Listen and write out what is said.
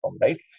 right